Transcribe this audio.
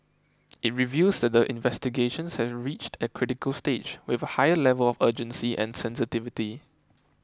it reveals that the investigations have reached a critical stage with a higher level of urgency and sensitivity